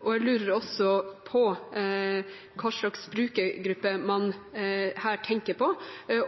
Jeg lurer også på hvilken brukergruppe man tenker på,